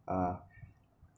uh